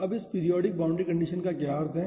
अब इस periodic boundary condition का क्या अर्थ है